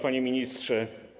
Panie Ministrze!